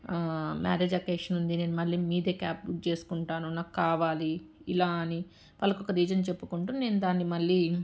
marriage occasion ఉంది నేను మళ్ళీ మీదే క్యాబ్ బుక్ చేసుకుంటాను నాకు కావాలి ఇలా అని వాళ్ళకు ఒక రీజన్ చెప్పుకుంటూ నేను దాన్ని మళ్ళీ